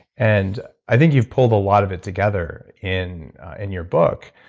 and i think you've pulled a lot of it together in and your book,